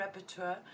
rapporteur